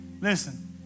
Listen